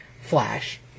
Flash